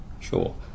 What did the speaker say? Sure